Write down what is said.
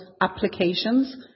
applications